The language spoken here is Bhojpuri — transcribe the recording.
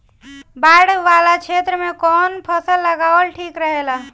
बाढ़ वाला क्षेत्र में कउन फसल लगावल ठिक रहेला?